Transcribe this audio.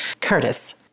Curtis